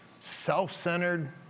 self-centered